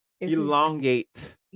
elongate